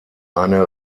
eine